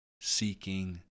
seeking